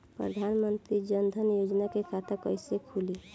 प्रधान मंत्री जनधन योजना के खाता कैसे खुली?